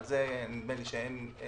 ונדמה לי שעל זה אין מחלוקת.